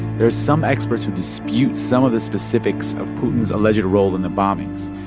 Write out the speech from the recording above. there are some experts who dispute some of the specifics of putin's alleged role in the bombings.